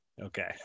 Okay